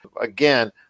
Again